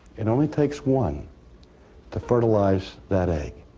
it only takes one to fertilize that egg.